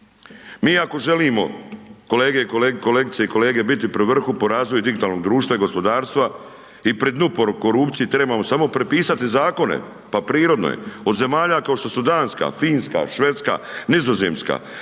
Mi ako želimo kolegice i kolege biti pri vrhu po razvoju digitalnog društva i gospodarstva i pri dnu po korupciji, trebamo samo prepisati zakone, pa prirodno je, od zemalja kao što su Danska, Finska, Švedske, Nizozemska,